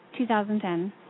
2010